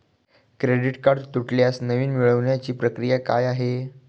Credit card तुटल्यास नवीन मिळवण्याची प्रक्रिया काय आहे?